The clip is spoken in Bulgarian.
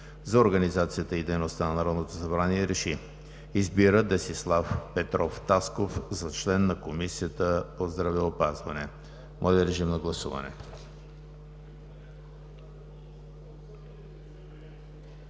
за организацията и дейността на Народното събрание РЕШИ: Избира Десислав Петров Тасков за член на Комисията по здравеопазването.“ Моля, режим на гласуване.